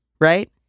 Right